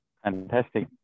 Fantastic